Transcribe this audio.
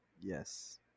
Yes